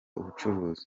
ubucuruzi